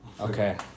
okay